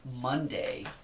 Monday